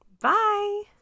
Bye